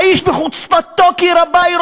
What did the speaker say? האיש בחוצפתו כי רבה היא,